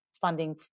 funding